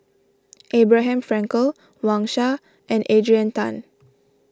Abraham Frankel Wang Sha and Adrian Tan